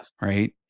Right